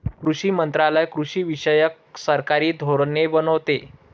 कृषी मंत्रालय कृषीविषयक सरकारी धोरणे बनवते